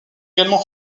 également